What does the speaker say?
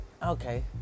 Okay